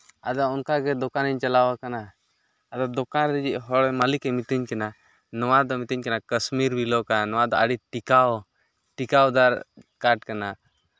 ᱟᱫᱚ ᱚᱱᱠᱟ ᱜᱮ ᱫᱚᱠᱟᱱᱤᱧ ᱪᱟᱞᱟᱣ ᱠᱟᱱᱟ ᱟᱫᱚ ᱫᱚᱠᱟᱱ ᱨᱮᱭᱤᱜ ᱦᱚᱲ ᱢᱟᱹᱞᱤᱠᱮ ᱢᱮᱛᱤᱧ ᱠᱟᱱᱟ ᱱᱚᱣᱟ ᱫᱚ ᱢᱮᱛᱤᱧ ᱠᱟᱱᱟ ᱠᱟᱥᱢᱤᱨ ᱵᱤᱞᱳ ᱠᱟᱱᱟ ᱱᱚᱣᱟ ᱫᱚ ᱟᱹᱰᱤ ᱴᱤᱠᱟᱣ ᱴᱤᱠᱟᱣ ᱫᱟᱨ ᱠᱟᱴ ᱠᱟᱱᱟ